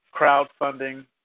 crowdfunding